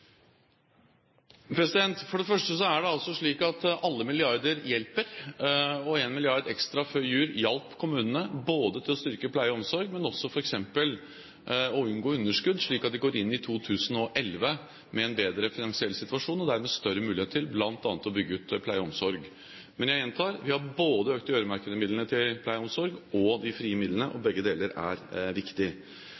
For det første er det slik at alle milliarder hjelper, og en milliard ekstra før jul hjalp kommunene til å styrke pleie- og omsorgstilbudet, men også f.eks. til å unngå underskudd, slik at de går inn i 2011 med en bedre finansiell situasjon og dermed større mulighet til bl.a. å bygge ut pleie og omsorg. Men jeg gjentar: Vi har økt både de øremerkede midlene til pleie og omsorg og de frie midlene, og